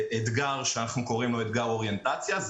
לאתגר שאנחנו קוראים אתגר אוריינטציה זה